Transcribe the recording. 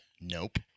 Nope